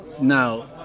now